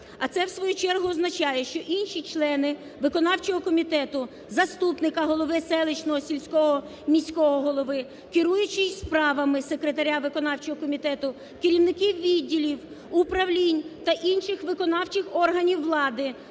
А це в свою чергу, означає, що інші члени виконавчого комітету, заступника голови селищного, сільського, міського голови, керуючий справами секретаря виконавчого комітету, керівники відділів, управлінь та інших виконавчих органів влади